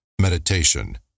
meditation